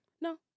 No